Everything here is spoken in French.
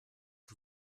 que